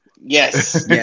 yes